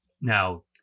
Now